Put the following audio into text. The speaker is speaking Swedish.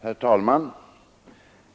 Herr talman!